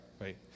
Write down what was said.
Right